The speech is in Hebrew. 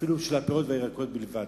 אפילו של הפירות והירקות בלבד,